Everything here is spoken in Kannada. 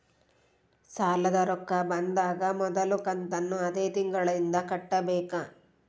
ಸಾಲದ ರೊಕ್ಕ ಬಂದಾಗ ಮೊದಲ ಕಂತನ್ನು ಅದೇ ತಿಂಗಳಿಂದ ಕಟ್ಟಬೇಕಾ?